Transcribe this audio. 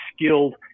skilled